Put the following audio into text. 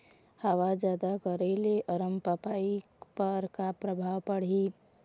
हवा जादा करे ले अरमपपई पर का परभाव पड़िही?